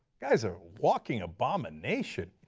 guy is a walking abomination.